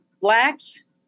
blacks